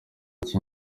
cya